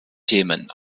themen